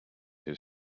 his